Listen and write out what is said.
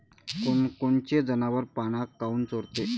कोनकोनचे जनावरं पाना काऊन चोरते?